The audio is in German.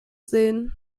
sehen